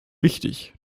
wichtig